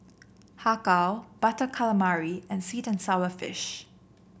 Har Kow Butter Calamari and sweet and sour fish